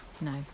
No